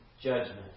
judgment